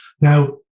Now